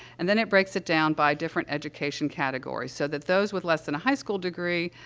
and then it breaks it down by different education categories, so that those with less than a high school degree,